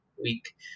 week